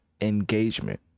engagement